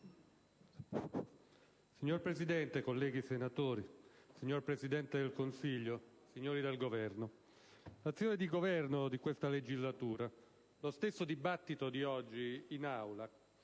Signora Presidente, colleghi senatori, signor Presidente del Consiglio, signori del Governo, l'azione di governo di questa legislatura e lo stesso dibattito di oggi in Aula,